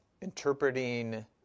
interpreting